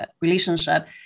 relationship